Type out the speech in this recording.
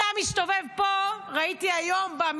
אתה מסתובב פה במסדרונות,